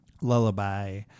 Lullaby